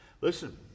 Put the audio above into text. listen